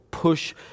push